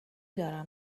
دارم